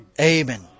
Amen